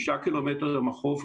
תשעה קילומטרים מהחוף,